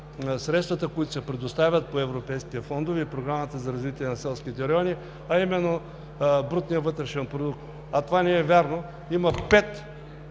които се предоставят по европейските фондове и Програмата за развитие на селските райони, а именно брутният вътрешен продукт. А това не е вярно – има пет